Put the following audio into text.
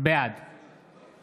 בעד